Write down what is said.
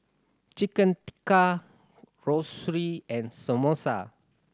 Chicken Tikka Zosui and Samosa